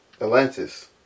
Atlantis